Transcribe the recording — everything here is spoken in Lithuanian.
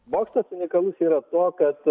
bokštas unikalus yra tuo kad